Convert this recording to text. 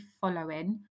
following